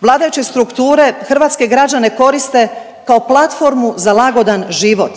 Vladajuće strukture hrvatske građane koriste kao platformu za lagodan život